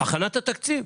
הכנת התקציב.